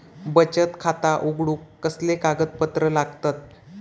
बचत खाता उघडूक कसले कागदपत्र लागतत?